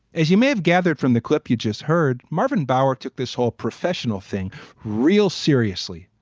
as you may have gathered from the clip you just heard, marvin bower took this whole professional thing real seriously.